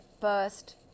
first